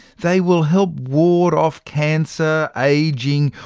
they will help ward off cancer, ageing,